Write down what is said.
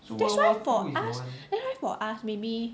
that's why for us that's why for us maybe